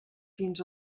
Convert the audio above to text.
fins